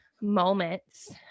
moments